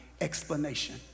explanation